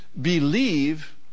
Believe